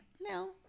No